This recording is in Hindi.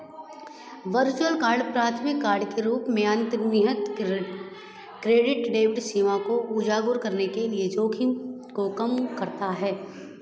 वर्चुअल कार्ड प्राथमिक कार्ड के रूप में अंतर्निहित क्रेडिट डेबिट सीमा को उजागर करने के जोखिम को कम करता है